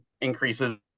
increases